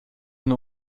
nur